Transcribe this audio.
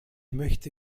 möchte